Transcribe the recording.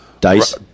Dice